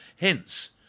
Hence